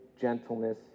gentleness